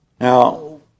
Now